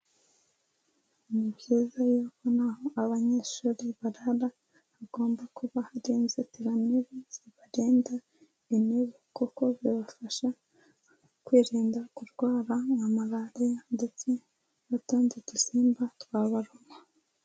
Ni byiza yuko naho abanyeshuri barara hagomba kuba hari inzitira mibu zibarinda imibu, kuko bibafasha kwirinda kurwara nka malariya, ndetse n'utundi dusimba twabaruma.